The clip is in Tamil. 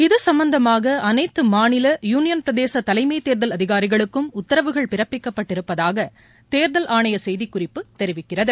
இது சம்பந்தமாக அனைத்து மாநில யூனியன்பிரதேச தலைமைத் தேர்தல் அதிகாரிகளுக்கும் உத்தரவுகள் பிறப்பிக்கப்பட்டிருப்பதாக தோதல் ஆணைய செய்திக்குறிப்பு தெரிவிக்கிறது